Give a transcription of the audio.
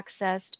accessed